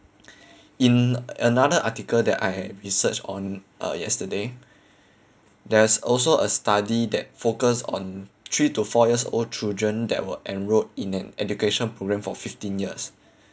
in another article that I research on uh yesterday there's also a study that focus on three to four years old children that were enrolled in an education programme for fifteen years